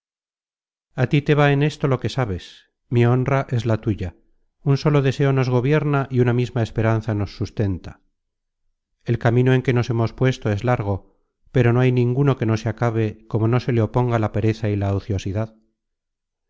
a tí te va en esto lo que sabes mi honra es la tuya un solo deseo nos gobierna y una misma esperanza nos sustenta el camino en que nos hemos puesto es largo pero no hay ninguno que no se acabe como no se le oponga la pereza y la ociosidad